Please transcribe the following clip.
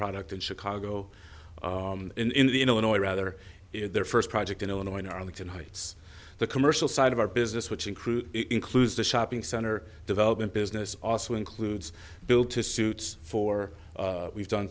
product in chicago in the illinois rather their first project in illinois in arlington heights the commercial side of our business which include includes the shopping center development business also includes build to suits four we've done